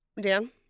Dan